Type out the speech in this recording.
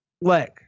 leg